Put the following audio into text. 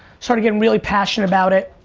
started getting really passionate about it,